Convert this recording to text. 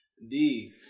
Indeed